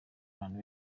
abantu